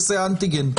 עושה בדיקות אנטיגן.